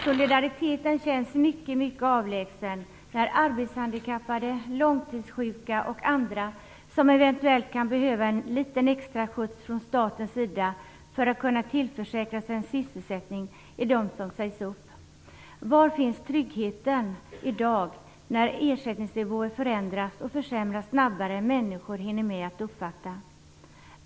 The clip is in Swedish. Solidariteten känns mycket avlägsen när arbetshandikappade, långtidssjuka och andra som eventuellt kan behöva en liten extra skjuts från statens sida för att kunna tillförsäkra sig en sysselsättning är de som sägs upp. Var finns tryggheten i dag när ersättningsnivåer förändras och försämras snabbare än människor hinner med att uppfatta?